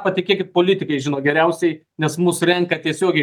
patikėkit politikai žino geriausiai nes mus renka tiesiogiai